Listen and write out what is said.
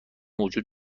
وجود